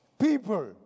people